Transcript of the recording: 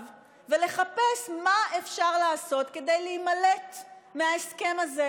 ולחפש מה אפשר לעשות כדי להימלט מההסכם הזה,